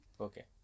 Okay